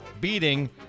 beating